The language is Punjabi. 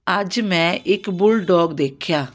ਅੱਜ ਮੈਂ ਇੱਕ ਬੁਲਡੌਗ ਦੇਖਿਆ